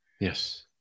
Yes